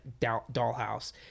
dollhouse